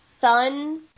fun